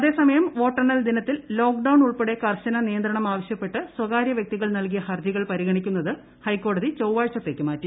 അതേസമയം വോട്ടെണ്ണൽ ദിനത്തിൽ ലോക്ഡൌൺ ഉൾപ്പെടെ കർശന നിയന്ത്രണം ആവശ്യപ്പെട്ട് സ്ഥകാര്യ്ക്ക് വൃക്തികൾ നൽകിയ പരിഗണിക്കുന്നത് ഹർജികൾ ഹൈക്കോടതി ചൊവ്വാഴ്ചത്തേയ്ക്ക് മാറ്റി